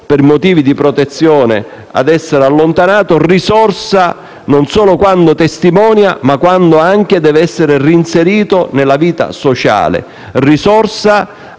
per motivi di protezione, ad essere allontanato, risorsa, non solo quando testimonia, ma anche quando deve essere reinserito nella vita sociale;